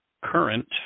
Current